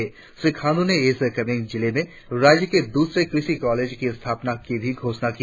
इस अवसर पर श्री खाण्डू ने ईस्ट कामेंग जिले में राज्य के दूसरे कृषि कॉलेज की स्थापना की भी घोषणा की